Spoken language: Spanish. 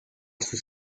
sus